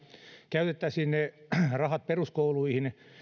käytettäisiin ne rahat peruskouluihin